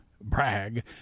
brag